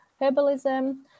herbalism